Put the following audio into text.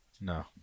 No